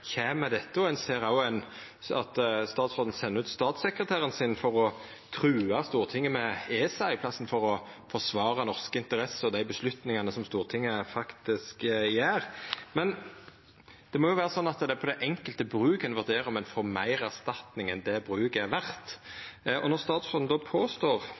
kjem med dette. Ein ser òg at statsråden sender ut statssekretæren sin for å trua Stortinget med ESA i plassen for å forsvara norske interesser og dei avgjerdene som Stortinget gjer. Det må jo vera sånn at det er på det enkelte bruket ein vurderer om ein får meir erstatning enn det bruket er verdt. Når statsråden påstår,